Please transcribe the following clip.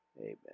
Amen